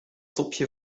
topje